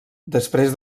després